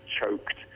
choked